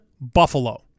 Buffalo